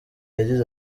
yagize